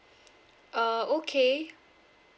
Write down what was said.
uh okay